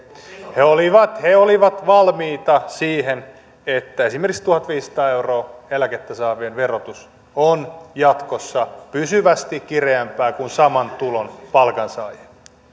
he olivat he olivat valmiita siihen että esimerkiksi tuhatviisisataa euroa eläkettä saavien verotus on jatkossa pysyvästi kireämpää kuin saman tulon palkansaajien